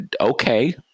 okay